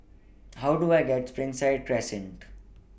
How Do I get to Springside Crescent